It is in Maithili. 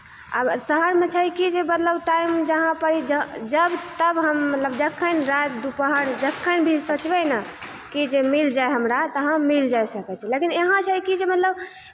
आब शहरमे छै कि जे मतलब टाइम जहाँपर जब तब हम मतलब जखन राति दुपहर जखन भी सोचबै ने कि जे मिल जाए हमरा तहन मिल जाए सकै छै लेकिन यहाँ छै कि जे मतलब